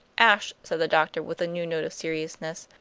ashe, said the doctor, with a new note of seriousness,